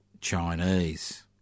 Chinese